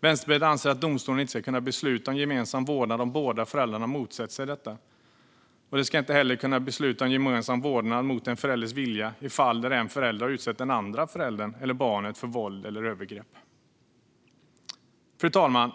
Vänsterpartiet anser att domstolen inte ska kunna besluta om gemensam vårdnad om båda föräldrarna motsätter sig detta. Domstolen ska inte heller kunna besluta om gemensam vårdnad mot en förälders vilja i de fall där en förälder har utsatt den andra föräldern eller barnet för våld eller övergrepp. Fru talman!